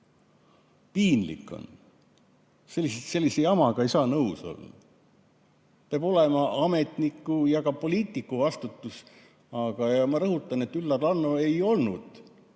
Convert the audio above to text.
Piinlik on, sellise jamaga ei saa nõus olla. Peab olema ametniku ja ka poliitiku vastutus. Ma rõhutan, et Üllar Lanno ei olnud